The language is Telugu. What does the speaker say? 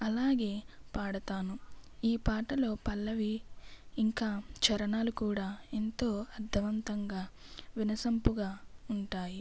అలాగే పాడతాను ఈ పాటలో పల్లవి ఇంకా చరణాలు కూడా ఎంతో అర్ధవంతంగా వినసొంపుగా ఉంటాయి